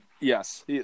Yes